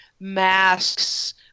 masks